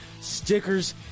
stickers